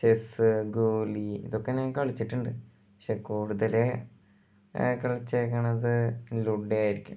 chess ഗോലി ഇതൊക്കെ ഞാൻ കളിച്ചിട്ടുണ്ട് പക്ഷേ കൂടുതൽ കളിച്ചിരിക്കുന്നത് ആയിരിക്കും